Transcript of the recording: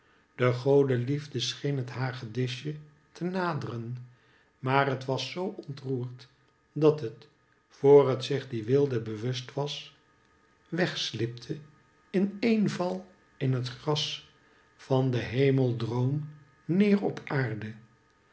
de godeliefde scheen het hagedisje te naderen maar het was zoo ontroerd dat het voor het zich die weelde bewust was wegslipte in een val in het gras van den hemeldroom neer op de aarde